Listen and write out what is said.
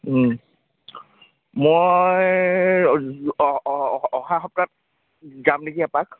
মই অহা সপ্তাহত যাম নেকি এপাক